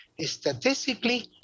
Statistically